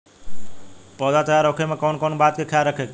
पौधा तैयार होखे तक मे कउन कउन बात के ख्याल रखे के चाही?